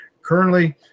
currently